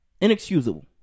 Inexcusable